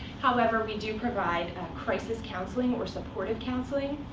however, we do provide crisis counseling or supportive counseling,